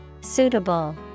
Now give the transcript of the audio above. Suitable